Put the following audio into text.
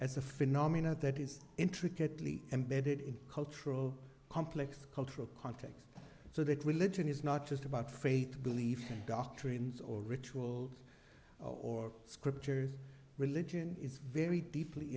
as a phenomena that is intricately embedded in cultural complex cultural context so that religion is not just about faith belief and doctrines or ritual or scriptures religion is very deeply